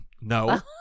No